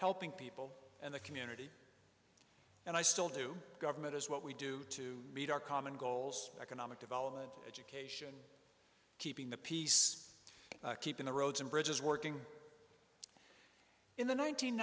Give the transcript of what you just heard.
helping people and the community and i still do government is what we do to meet our common goals economic development education keeping the peace keeping the roads and bridges working in the